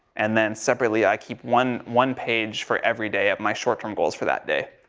and then separately i keep one, one page for every day of my short term goals for that day.